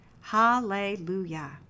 Hallelujah